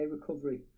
recovery